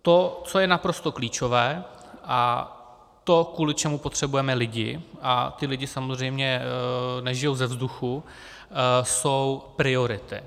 To, co je naprosto klíčové, a to, kvůli čemu potřebujeme lidi, a ti lidé samozřejmě nežijí ze vzduchu, jsou priority.